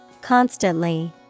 Constantly